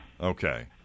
Okay